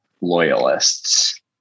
loyalists